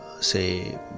say